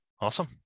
Awesome